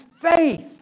faith